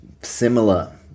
similar